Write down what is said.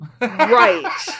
Right